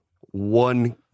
one